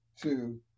two